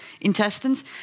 intestines